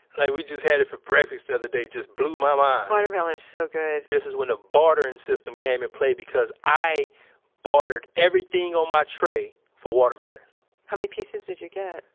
like we just had it for breakfast the other day just blew my mind watermelon's so good this is when the bartering system came in play because i bartered everything on my tray for watermelon how many pieces did you get?